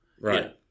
right